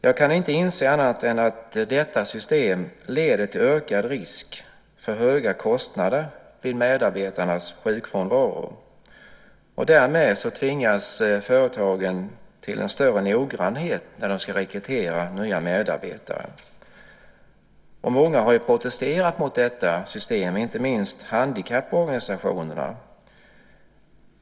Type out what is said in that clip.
Jag kan inte se annat än att detta system leder till ökad risk för höga kostnader vid medarbetarnas sjukfrånvaro. Därmed tvingas företagen till en större noggrannhet när de ska rekrytera nya medarbetare. Många har protesterat mot detta system, inte minst handikapporganisationerna.